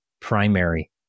primary